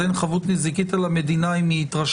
אז אין חבות נזיקית על המדינה אם היא התרשלה.